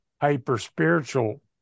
hyper-spiritual